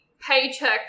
paycheck